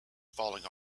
falling